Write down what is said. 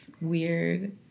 weird